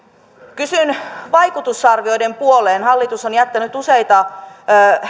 kysyn vaikutusarvioiden puoleen hallitus on jättänyt useita